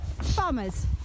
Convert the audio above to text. Farmers